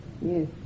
Yes